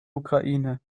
ukraine